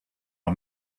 are